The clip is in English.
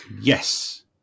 Yes